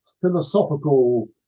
philosophical